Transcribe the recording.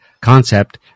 concept